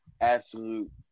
Absolute